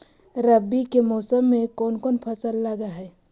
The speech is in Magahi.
रवि के मौसम में कोन कोन फसल लग है?